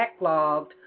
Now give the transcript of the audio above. backlogged